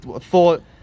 thought